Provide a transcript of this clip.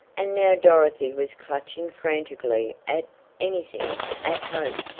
and now dorothy was clutching frantically at anything at hope.